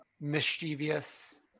Mischievous